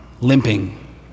limping